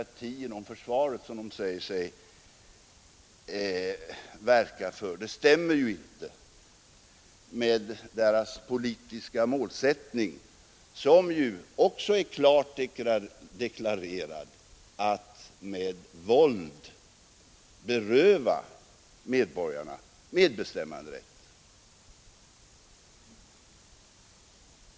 inom försvaret som de säger sig verka för stämmer ju inte med deras politiska målsättning, som ju också är klart deklarerad, att med våld beröva medborgarna medbestämmanderätt.